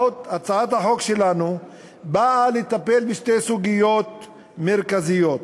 הצעת החוק שלנו באה לטפל בשתי סוגיות מרכזיות: